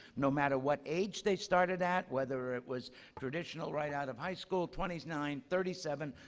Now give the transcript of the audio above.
no matter what age they started at, whether it was traditional, right out of high school, twenty nine, thirty seven,